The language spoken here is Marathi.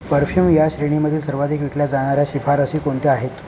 परफ्यूम या श्रेणीमधील सर्वाधिक विकल्या जाणाऱ्या शिफारसी कोणत्या आहेत